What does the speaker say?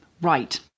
right